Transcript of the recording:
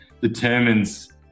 determines